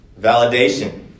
Validation